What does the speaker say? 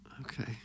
Okay